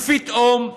פתאום,